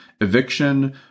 eviction